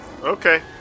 Okay